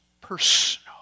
personal